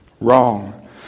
Wrong